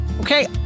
okay